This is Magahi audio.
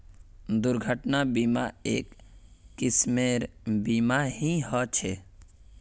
दुर्घटना बीमा, एक किस्मेर बीमा ही ह छे